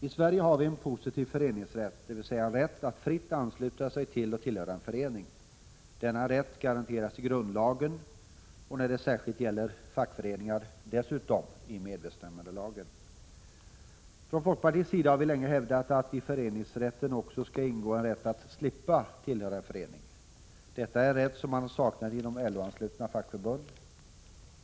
I Sverige har vi en positiv föreningsrätt, dvs. en rätt att fritt ansluta sig till och tillhöra en förening. Denna rätt garanteras i grundlagen och när det särskilt gäller fackföreningar dessutom i medbestämmandelagen. Från folkpartiets sida har vi länge hävdat att i föreningsrätten också skall ingå en rätt att slippa tillhöra en förening. Detta är en rätt som saknats inom LO-anslutna fackförbund.